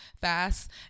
fast